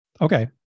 Okay